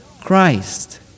Christ